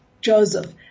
Joseph